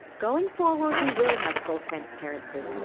going forward, we will have full transparency.